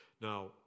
Now